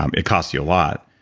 um it cause you a lot.